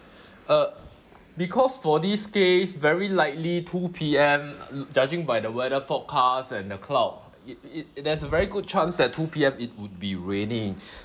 uh because for this case very likely two P_M judging by the weather forecast and the cloud it it it has a very good chance that two P_M it would be raining